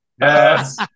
Yes